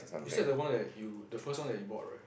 you said the one that you the first one that you bought right